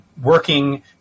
working